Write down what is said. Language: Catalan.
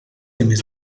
temes